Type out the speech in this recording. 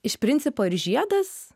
iš principo ir žiedas